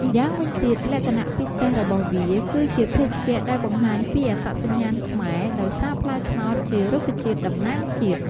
ម្យ៉ាងវិញទៀតលក្ខណៈពិសេសរបស់វា គឺជាភេសជ្ជៈដែលបង្ហាញពីអត្តសញ្ញាណខ្មែរ ដោយសារផ្លែត្នោតជារុក្ខជាតិតំណាងជាតិ។